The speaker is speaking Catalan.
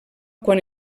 quan